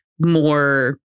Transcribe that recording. more